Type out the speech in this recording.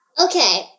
Okay